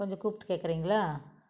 கொஞ்சம் கூப்பிட்டு கேட்குறிங்களா